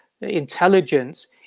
intelligence